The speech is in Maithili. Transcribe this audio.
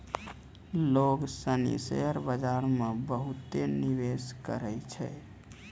लोग सनी शेयर बाजार मे बहुते निवेश करै छै